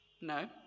No